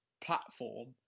platform